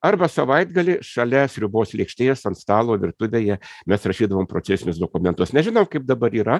arba savaitgalį šalia sriubos lėkštės ant stalo virtuvėje mes rašydavom procesinius dokumentus nežinau kaip dabar yra